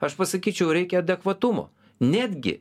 aš pasakyčiau reikia adekvatumo netgi